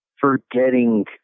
forgetting